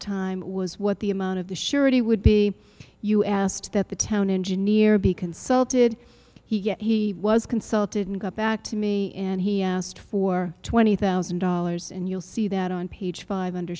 time was what the amount of the surety would be you asked that the town engineer be consulted he was consulted and got back to me and he asked for twenty thousand dollars and you'll see that on page five under